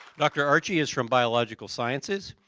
dr. archie is from biological sciences.